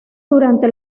durante